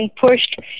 pushed